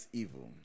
evil